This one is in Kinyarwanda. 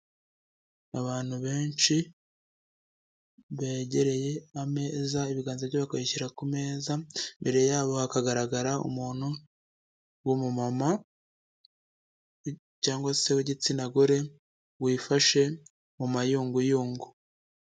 Abantu benshi begereye ameza ibiganza byabo bakabishyira ku meza, imbere yabo hakagaragara umuntu w'umumama cyangwa se w'igitsina gore wifashe mu mayunguyungu.